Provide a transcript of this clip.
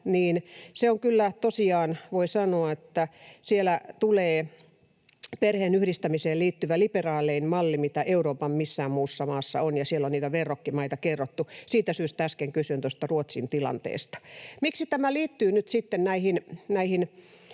niin se on kyllä tosiaan... Voi sanoa, että sieltä tulee liberaalein perheenyhdistämiseen liittyvä malli, mitä Euroopan missään muussa maassa on, ja siellä on niitä verrokkimaita kerrottu. Siitä syystä äsken kysyin tuosta Ruotsin tilanteesta. Miksi tämä liittyy nyt sitten tähän